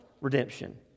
redemption